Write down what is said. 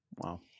Wow